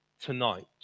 tonight